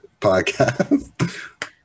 podcast